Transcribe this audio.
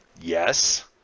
Yes